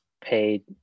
paid –